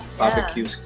barbecue